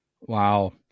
Wow